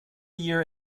year